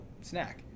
snack